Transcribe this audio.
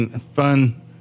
fun